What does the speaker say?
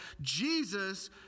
Jesus